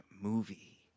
movie